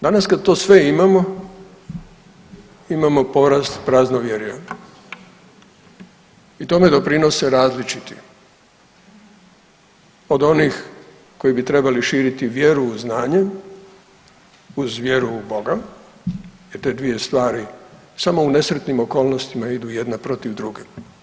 Danas kad to sve imamo imamo porast praznovjerja i tome doprinose različiti, od onih koji bi trebali širiti vjeru u znanje, uz vjeru u Boga i te dvije stvari samo u nesretnim okolnostima idu jedna protiv druge.